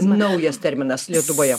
naujas terminas lietuvoje